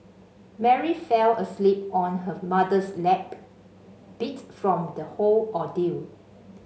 Mary fell asleep on her mother's lap beat from the whole ordeal